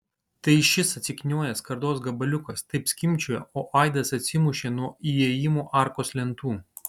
tai šis atsiknojęs skardos gabaliukas taip skimbčiojo o aidas atsimušė nuo įėjimo arkos lentų